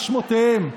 מה שמותיהם?